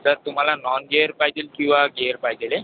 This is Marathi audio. सर तुम्हाला नॉन गेअर पाहिजे किंवा गेअर पाहिजे आहे